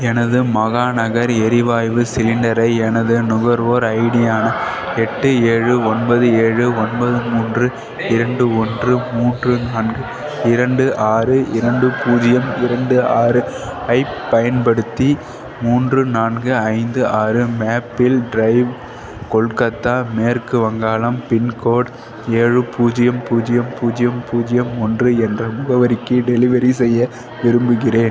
எனது மகாநகர் எரிவாய்வு சிலிண்டரை எனது நுகர்வோர் ஐடியான எட்டு ஏழு ஒன்பது ஏழு ஒன்பது மூன்று இரண்டு ஒன்று மூன்று நான்கு இரண்டு ஆறு இரண்டு பூஜ்ஜியம் இரண்டு ஆறு ஐப் பயன்படுத்தி மூன்று நான்கு ஐந்து ஆறு மேப்பிள் ட்ரைவ் கொல்கத்தா மேற்கு வங்காளம் பின்கோட் ஏழு பூஜ்ஜியம் பூஜ்ஜியம் பூஜ்ஜியம் பூஜ்ஜியம் ஒன்று என்ற முகவரிக்கு டெலிவரி செய்ய விரும்புகிறேன்